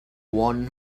one